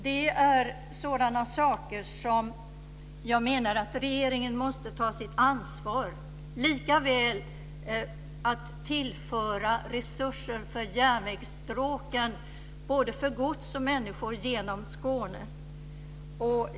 Det är sådana saker som jag menar att regeringen måste ta sitt ansvar för, likaväl som för att tillföra resurser till järnvägsstråken, både för gods och människor, genom Skåne.